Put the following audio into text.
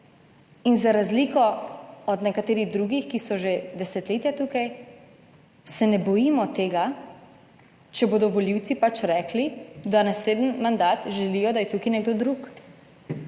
In za razliko od nekaterih drugih, ki so že desetletja tukaj, se ne bojimo tega, če bodo volivci pač rekli, da naslednji mandat želijo, da je tukaj nekdo drug.